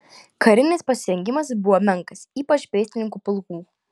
karinis pasirengimas buvo menkas ypač pėstininkų pulkų